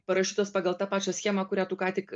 parašytos pagal tą pačią schemą kurią tu ką tik